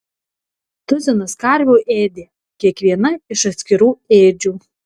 tuzinas karvių ėdė kiekviena iš atskirų ėdžių